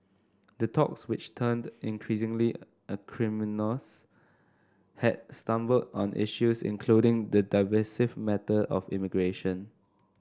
the talks which turned increasingly acrimonious had stumbled on issues including the divisive matter of immigration